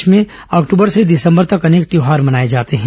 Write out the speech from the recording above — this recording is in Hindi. देश में अक्टूबर से दिसंबर तक अनेक त्योहार मनाए जाते हैं